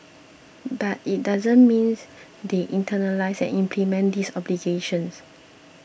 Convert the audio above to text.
but it doesn't mean they internalise and implement these obligations